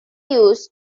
used